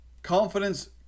Confidence